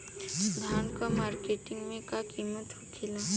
धान क मार्केट में का कीमत होखेला?